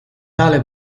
tale